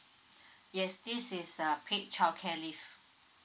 yes this is uh paid childcare leave